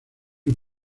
del